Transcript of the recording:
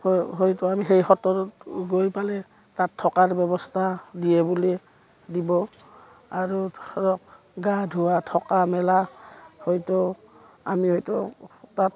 হয়তো আমি সেই সত্ৰত গৈ পালে তাত থকাৰ ব্যৱস্থা দিয়ে বুলি দিব আৰু ধৰক গা ধোৱা থকা মেলা হয়তো আমি হয়তো তাত